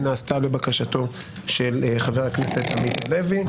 היא נעשתה לבקשתו של חבר הכנסת עמית הלוי.